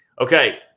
Okay